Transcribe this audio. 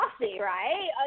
right